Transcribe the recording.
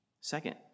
Second